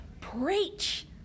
Preach